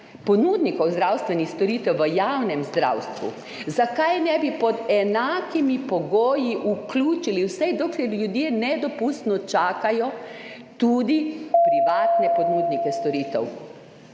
ponudnikov zdravstvenih storitev v javnem zdravstvu, zakaj ne bi pod enakimi pogoji vključili, vsaj dokler ljudje nedopustno čakajo, tudi privatne ponudnike storitev.